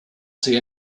see